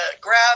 grab